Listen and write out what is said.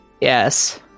Yes